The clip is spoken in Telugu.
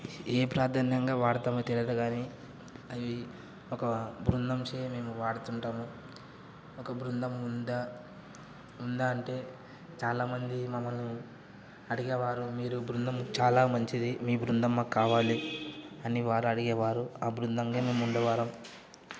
ఏ ప్రాధాన్యంగా వాడతామో తెలియదు కానీ అవి ఒక బృందంచే మేము వాడుతుంటాము ఒక బృందం ఉందా ఉందా అంటే చాలామంది మమ్మల్ని అడిగేవారు మీరు బృందం చాలా మంచిది మీ బృందం మాకు కావాలి అని వారు అడిగే వారు ఆ బృందంలో మేం ఉండేవారము